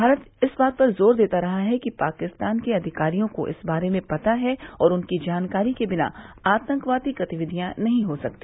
भारत इस बात पर जोर देता रहा है कि पाकिस्तान के अधिकारियों को इस बारे में पता है और उनकी जानकारी के बिना आतंकवादी गतिविधियां नहीं हो सकती